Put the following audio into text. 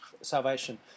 salvation